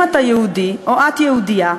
אם אתה יהודי או את יהודייה,